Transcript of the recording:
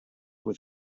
with